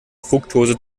fruktose